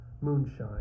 moonshine